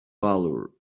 valour